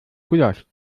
gulasch